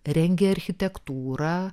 rengė architektūrą